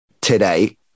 today